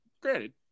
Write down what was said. granted